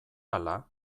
ala